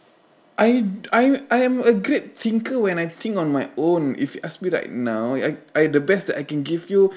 I I I am a great thinker when I think on my own if you ask me like now I I the best that I can give you